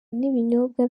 n’ibinyobwa